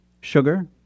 sugar